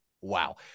wow